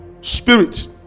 spirit